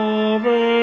over